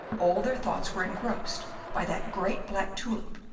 all their thoughts were engrossed by that great black tulip,